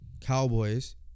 Cowboys